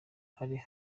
hari